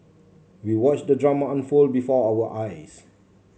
we watched the drama unfold before our eyes